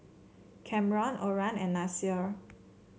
Camron Oran and Nasir